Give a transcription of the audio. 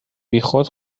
بیخود